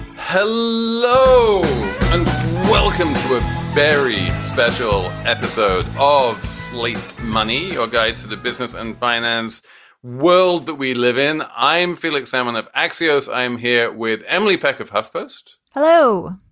hello and welcome to a very special episode of sleep money or guide to the business and finance world that we live in i'm felix salmon of axios. i'm here with emily peck of heftiest. hello.